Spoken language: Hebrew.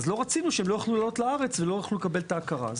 אז לא רצינו שהם לא יוכלו לעלות לארץ ולקבל את ההכרה.